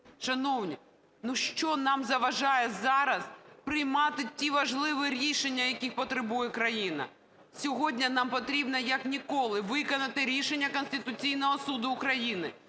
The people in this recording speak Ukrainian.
Шановні, ну що нам заважає зараз приймати ті важливі рішення, яких потребує країна? Сьогодні нам потрібно, як ніколи, виконати рішення Конституційного Суду України.